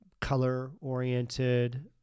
color-oriented